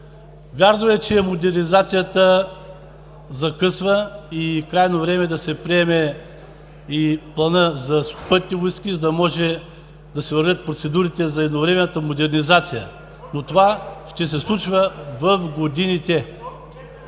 Вярно е, че модернизацията закъсва и е крайно време да се приеме и планът за сухопътните войски, за да може да вървят процедурите за едновременната модернизация. Това обаче ще се случва в годините.